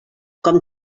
com